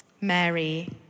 Mary